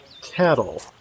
cattle